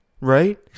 right